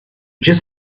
just